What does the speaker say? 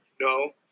no